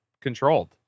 controlled